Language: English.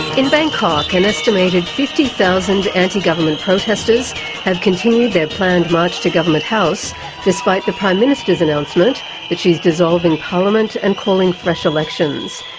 in bangkok an estimated fifty thousand anti-government protesters have continued their planned march to government house despite the prime minister's announcement that she's dissolving parliament and calling fresh elections.